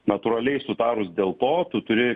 natūraliai sutarus dėl to tu turi